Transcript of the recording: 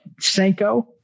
Senko